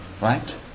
Right